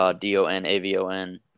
D-O-N-A-V-O-N